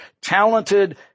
talented